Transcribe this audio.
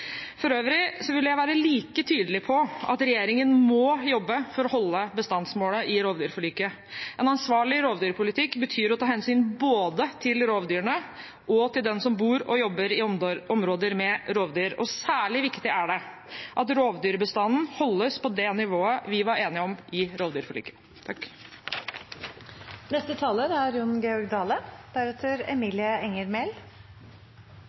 For øvrig vil jeg være like tydelig på at regjeringen må jobbe for å holde bestandsmålene i rovdyrforliket. En ansvarlig rovdyrpolitikk betyr å ta hensyn både til rovdyrene og til dem som bor og jobber i områder med rovdyr. Særlig viktig er det at rovdyrbestanden holdes på det nivået vi var enige om i rovdyrforliket. Eg skulle ønskje at dagens debatt var overflødig, det er